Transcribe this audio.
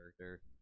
character